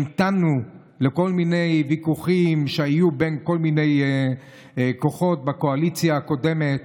המתנו לכל מיני ויכוחים שהיו בין כל מיני כוחות בקואליציה הקודמת,